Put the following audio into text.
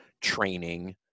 training